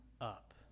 up